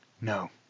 No